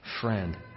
friend